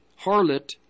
harlot